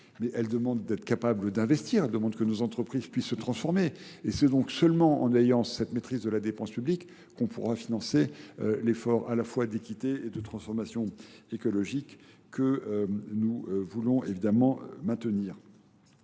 Mais elle demande d'être capable d'investir, elle demande que nos entreprises puissent se transformer. Et c'est donc seulement en ayant cette maîtrise de la dépense publique qu'on pourra financer l'effort à la fois d'équité et de transformation écologique que nous voulons évidemment maintenir.